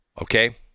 Okay